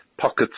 pockets